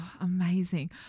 Amazing